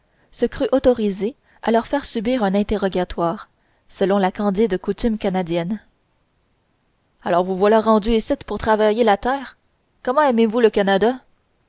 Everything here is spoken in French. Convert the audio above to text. se crut autorisé à leur faire subir un interrogatoire selon la candide coutume canadienne alors vous voilà rendus icitte pour travailler la terre comment aimez-vous le canada